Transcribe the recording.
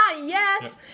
Yes